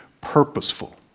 purposeful